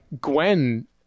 Gwen